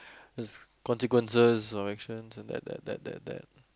there's consequences of our actions and that that that that